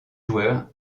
joueur